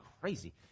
crazy